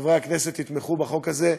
שחברי הכנסת יתמכו בחוק הזה,